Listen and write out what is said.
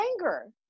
anger